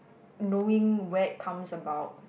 knowing where it comes about